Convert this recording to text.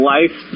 Life